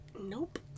nope